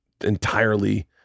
entirely